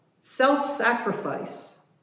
self-sacrifice